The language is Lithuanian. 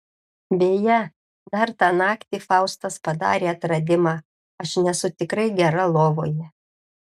beje dar tą naktį faustas padarė atradimą aš nesu tikrai gera lovoje